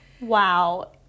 Wow